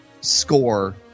score